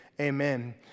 Amen